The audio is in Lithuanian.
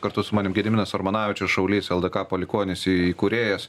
kartu su manim gediminas armonavičius šaulys eldka palikuonis įkūrėjas